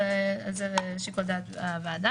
אז בעצם זה נועד לפשט את המנגנון הזה ברמה הפרקטית.